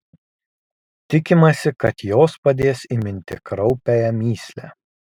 tikimasi kad jos padės įminti kraupiąją mįslę